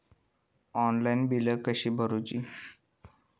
Online बिला कशी भरूची?